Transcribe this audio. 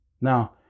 Now